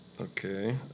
Okay